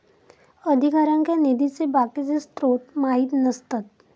अधिकाऱ्यांका निधीचे बाकीचे स्त्रोत माहित नसतत